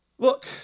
Look